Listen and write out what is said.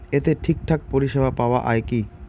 এতে ঠিকঠাক পরিষেবা পাওয়া য়ায় কি?